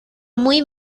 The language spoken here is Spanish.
muy